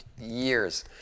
years